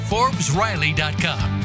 ForbesRiley.com